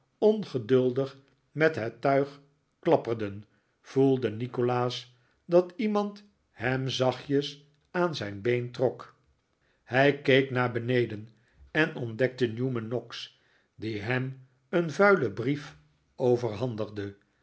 ongeduldig met het tuig klapperden voelde nikolaas dat iemand hem zachtjes aan zijn been trok hij keek naar beneden en ontdekte newman noggs die hem een vuilen brief overhandigde